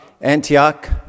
Antioch